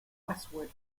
westward